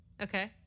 Okay